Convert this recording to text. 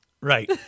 Right